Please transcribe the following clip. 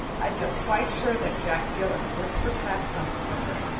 i feel quite sure that jack gillis works her class sums for her,